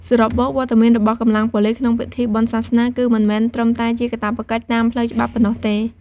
សរុបមក វត្តមានរបស់កម្លាំងប៉ូលិសក្នុងពិធីបុណ្យសាសនា គឺមិនមែនត្រឹមតែជាកាតព្វកិច្ចតាមផ្លូវច្បាប់ប៉ុណ្ណោះទេ។